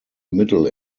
middle